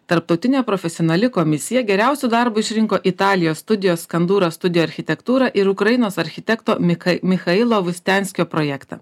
tarptautinė profesionali komisija geriausiu darbu išrinko italijos studijos skandura studija architektūra ir ukrainos architekto mika michailo vistenskio projektą